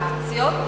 כסנקציות.